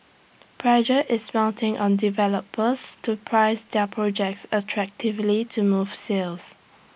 pressure is mounting on developers to price their projects attractively to move sales